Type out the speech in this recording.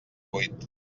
vuit